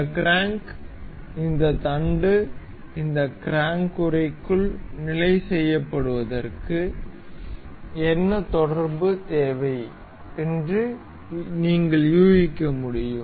இந்த கிராங்க் இந்த தண்டு இந்த கிராங்க் உறைக்குள் நிலை செய்யப்படுவதற்கு என்ன தொடர்பு தேவை என்று நீங்கள் யூகிக்க முடியும்